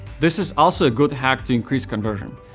this is also a good hack to increase conversion.